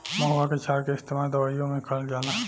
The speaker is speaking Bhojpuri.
महुवा के क्षार के इस्तेमाल दवाईओ मे करल जाला